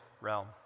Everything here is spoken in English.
realm